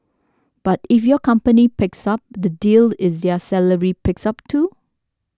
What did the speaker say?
but if your company picks up the deal is their salary picks up too